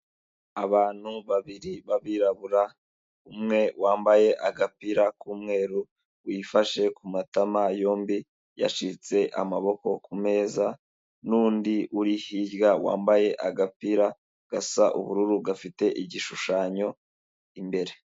Abantu babiri b'Abirabura, umwe wambaye agapira k'umweru, wifashe ku matama yombi, yashyize amaboko ku meza n'undi uri hirya wambaye agapira gasa ubururu gafite igishushanyo imbere.